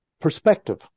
perspective